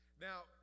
now